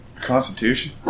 Constitution